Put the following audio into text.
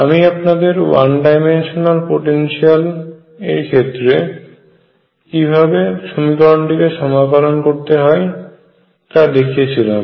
আমি আপনাদের one dimensional potential এর ক্ষেত্রে কিভাবে সমীকরণটিকে সমাকলন করতে হয় তা দেখিয়েছিলাম